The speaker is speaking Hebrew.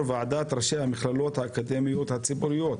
ועדת ראשי המכללות האקדמיות הציבוריות,